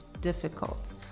difficult